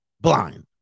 Blind